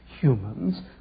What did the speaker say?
humans